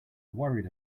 worried